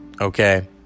Okay